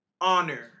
honor